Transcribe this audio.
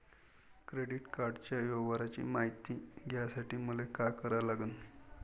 Credit कार्डाच्या व्यवहाराची मायती घ्यासाठी मले का करा लागन?